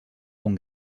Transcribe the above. com